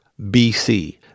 BC